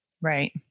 right